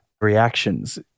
reactions